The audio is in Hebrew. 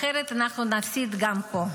-- אחרת אנחנו נפסיד גם פה.